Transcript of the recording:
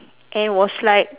and was like